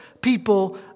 people